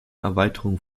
erweiterungen